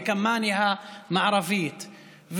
וכמאנה המערבית,